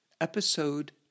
Episode